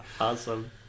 awesome